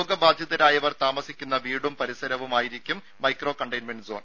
രോഗബാധിതരായവർ താമസിക്കുന്ന വീടും പരിസരവും ആയിരിക്കും മൈക്രോ കണ്ടെയ്ൻമെന്റ് സോൺ